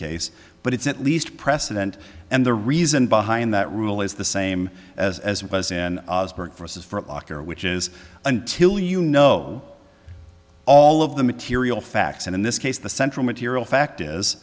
case but it's at least precedent and the reason behind that rule is the same as as was in locker which is until you know all of the material facts and in this case the central material fact is